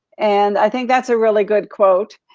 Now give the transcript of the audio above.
and i think that's a really good quote,